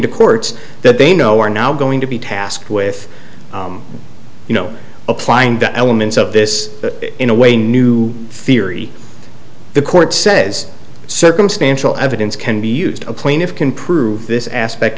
to courts that they know are now going to be tasked with you know applying the elements of this in a way new theory the court says circumstantial evidence can be used the plaintiffs can prove this aspect